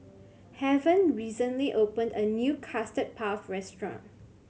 Heaven recently opened a new Custard Puff restaurant